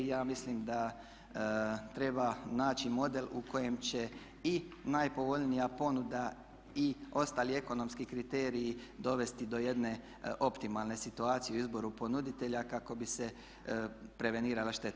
Ja mislim da treba naći model u kojem će i najpovoljnija ponuda i ostali ekonomski kriteriji dovesti do jedne optimalne situacije u izboru ponuditelja kako bi se prevenirala šteta.